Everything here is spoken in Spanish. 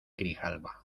grijalba